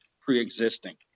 pre-existing